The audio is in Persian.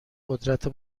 قدرت